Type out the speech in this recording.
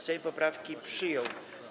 Sejm poprawki przyjął.